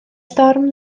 storm